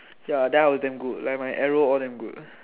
ya that was damn good like all my arrow damn good